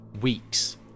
Weeks